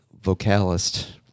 vocalist